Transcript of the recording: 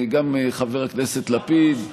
גם חבר הכנסת לפיד,